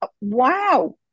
wow